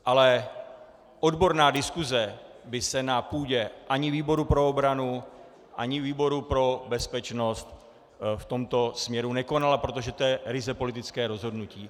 Ale odborná diskuse by se na půdě ani výboru pro obranu, ani výboru pro bezpečnost v tomto směru nekonala, protože to je ryze politické rozhodnutí.